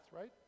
Right